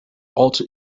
alter